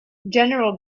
general